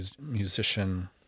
musician